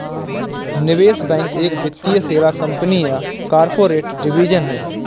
निवेश बैंक एक वित्तीय सेवा कंपनी या कॉर्पोरेट डिवीजन है